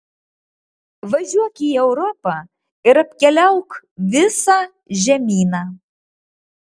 važiuok į europą ir apkeliauk visą žemyną